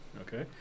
Okay